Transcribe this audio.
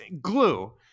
glue